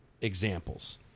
examples